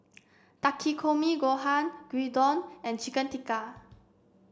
Takikomi Gohan Gyudon and Chicken Tikka